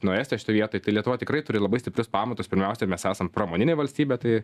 nuo estijos šitoj vietoj tai lietuva tikrai turi labai stiprius pamatus pirmiausia mes esam pramoninė valstybė tai